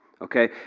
Okay